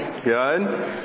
Good